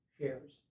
shares